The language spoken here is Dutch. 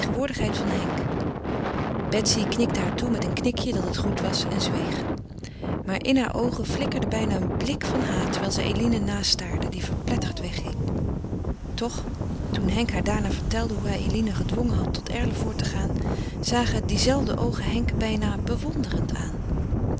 tegenwoordigheid van henk betsy knikte haar toe met een knikje dat het goed was en zweeg maar in haar oogen flikkerde bijna een blik van haat terwijl zij eline nastaarde die verpletterd wegging toch toen henk haar daarna vertelde hoe hij eline gedwongen had tot erlevoort te gaan zagen die zelfde oogen henk bijna bewonderend aan